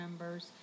members